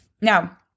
Now